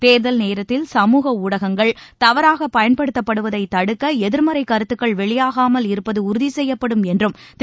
தேர்தல் நேரத்தில் சமூக ஊடகங்கள் தவறாகபயன்படுத்தப்படுவதைதடுக்களதிர்மறைகருத்துக்கள் வெளியாகாமல் இருப்பதுஉறுதிசெய்யப்படும் என்றும் திரு